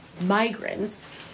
migrants